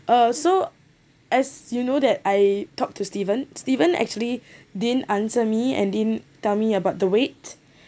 uh so as you know that I talked to steven steven actually didn't answer me and didn't tell me about the wait